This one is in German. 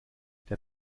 der